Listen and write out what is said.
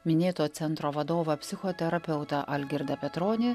minėto centro vadovą psichoterapeutą algirdą petronį